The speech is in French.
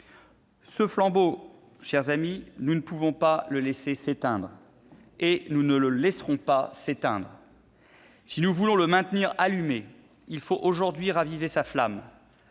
Ce flambeau, nous ne pouvons pas et nous ne le laisserons pas s'éteindre. Si nous voulons le maintenir allumé, il faut aujourd'hui raviver sa flamme